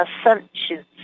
Assumptions